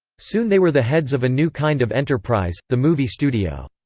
soon they were the heads of a new kind of enterprise the movie studio.